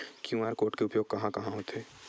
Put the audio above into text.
QR code के उपयोग कहां कहां होथे?